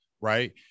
right